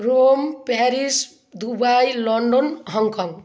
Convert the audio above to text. Rome Paris Dubai London Hong Kong